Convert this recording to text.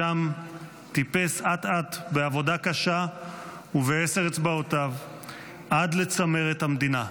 משם טיפס אט-אט בעבודה קשה ובעשר אצבעותיו עד לצמרת המדינה,